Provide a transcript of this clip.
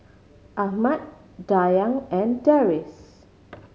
Ahmad Dayang and Deris